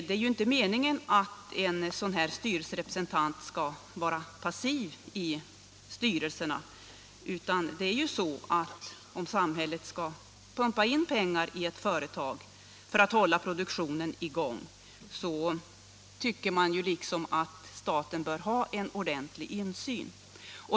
Det är ju inte meningen att sådana styrelserepresentanter skall vara passiva i styrelserna, utan om samhället skall pumpa in pengar i företag för att produktionen skall hållas i gång tycker man att staten bör ha en möjlighet till insyn.